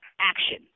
action